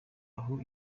aho